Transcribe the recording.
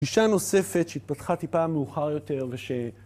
גישה נוספת שהתפתחה טיפה מאוחר יותר וש...